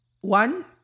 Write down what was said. One